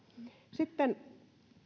sitten